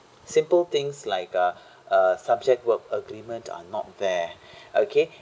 simple things like uh a subject verb agreement are not there okay